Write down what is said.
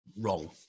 wrong